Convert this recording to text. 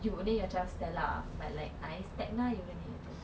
you would name your child stella but like ice tecna you wouldn't name your child that